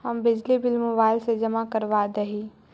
हम बिजली bill mobile से जमा करवा देहियै?